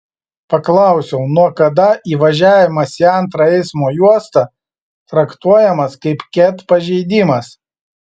paklausiau nuo kada įvažiavimas į antrą eismo juostą traktuojamas kaip ket pažeidimas